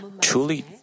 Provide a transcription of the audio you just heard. Truly